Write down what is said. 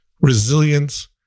resilience